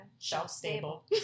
shelf-stable